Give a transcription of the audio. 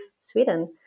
Sweden